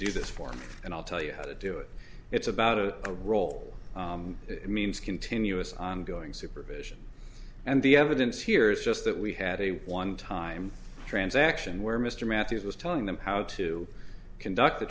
do this for me and i'll tell you how to do it it's about a role it means continuous ongoing supervision and the evidence here is just that we had a one time transaction where mr mathews was telling them how to conduct